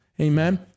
Amen